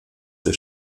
der